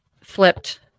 flipped